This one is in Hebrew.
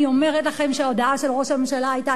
אני אומרת לכם שההודעה של ראש הממשלה היתה